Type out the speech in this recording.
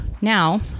Now